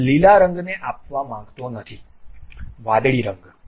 હું લીલા રંગને આપવા માંગતો નથીવાદળી રંગ